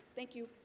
thank you